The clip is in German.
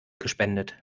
gespendet